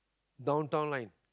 Downtown Line